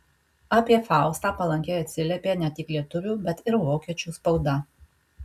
apie faustą palankiai atsiliepė ne tik lietuvių bet ir vokiečių spauda